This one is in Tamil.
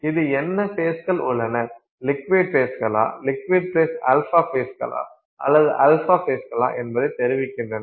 இது என்ன ஃபேஸ்கள் உள்ளன லிக்விட் ஃபேஸ்களா லிக்விட் பிளஸ் α ஃபேஸ்களா அல்லது α ஃபேஸ்களா என்பதைத் தெரிவிக்கின்றன